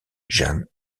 jeanne